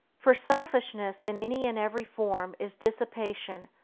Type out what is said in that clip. for selfishness in any and every form is dissipation,